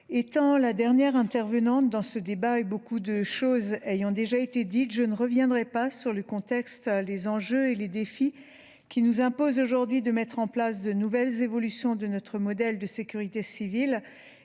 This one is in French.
étant la dernière intervenante dans ce débat et beaucoup de choses ayant déjà été dites, je ne reviendrai pas sur le contexte, les enjeux et les défis qui nous imposent aujourd’hui de mettre en place de nouvelles évolutions de notre modèle de sécurité civile